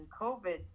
COVID